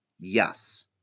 Yes